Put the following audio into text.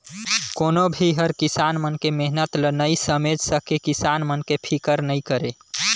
कोनो भी हर किसान मन के मेहनत ल नइ समेझ सके, किसान मन के फिकर नइ करे